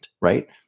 right